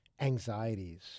anxieties